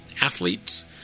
athletes